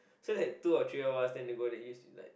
so that two of three of us then they go let you sleep like